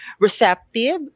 receptive